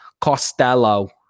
Costello